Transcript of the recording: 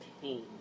pain